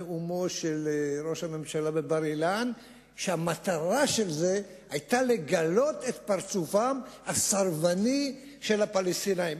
נאומו של ראש הממשלה בבר-אילן לגלות את פרצופם הסרבני של הפלסטינים.